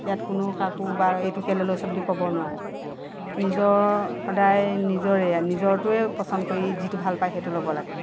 ইয়াত কোনেও কাকো বা এইটো কেইলৈ লৈছ বুলি ক'ব নোৱাৰে নিজৰ সদায় নিজৰেই আৰু নিজৰটোৱেই পছন্দ কৰি যিটো ভাল পাই সেইটো ল'ব লাগে